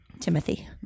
Timothy